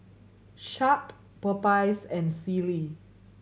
Sharp Popeyes and Sealy